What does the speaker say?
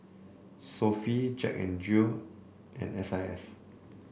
Sofy Jack N Jill and S I S